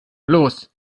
los